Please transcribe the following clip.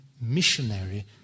missionary